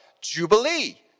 Jubilee